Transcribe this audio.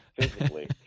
physically